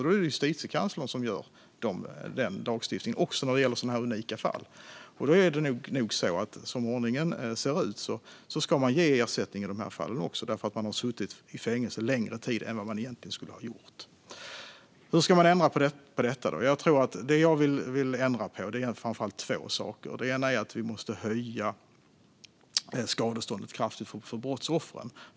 Det är Justitiekanslern som gör den tolkningen, även i sådana här unika fall. Då är det nog, som ordningen ser ut, så att man ska ge ersättning i de här fallen också, eftersom personen suttit i fängelse längre tid än vad den egentligen skulle ha gjort. Hur ska man då ändra på detta? Det är framför allt två saker jag vill framhålla. Den ena är att vi måste höja skadeståndet kraftigt för brottsoffren.